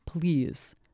please